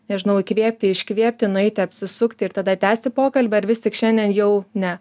nežinau įkvėpti iškvėpti nueiti apsisukti ir tada tęsti pokalbį ar vis tik šiandien jau ne